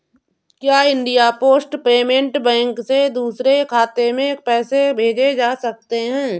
क्या India post payment bank से दूसरे खाते में पैसे भेजे जा सकते हैं?